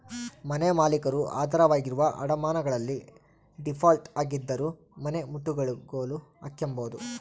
ಮನೆಮಾಲೀಕರು ಆಧಾರವಾಗಿರುವ ಅಡಮಾನಗಳಲ್ಲಿ ಡೀಫಾಲ್ಟ್ ಆಗಿದ್ದರೂ ಮನೆನಮುಟ್ಟುಗೋಲು ಹಾಕ್ಕೆಂಬೋದು